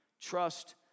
trust